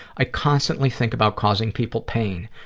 i constantly think about causing people pain.